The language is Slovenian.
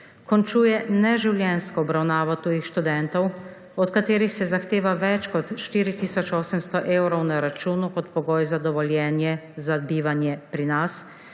Končuje neživljenjsko obravnavo tujih študentov, od katerih se zahteva več kot 4.800 evrov na računu kot pogoj za dovoljenje za bivanje pri nas